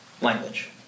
language